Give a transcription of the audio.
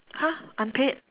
!huh! unpaid